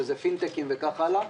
שזה פינטקים וכך הלאה,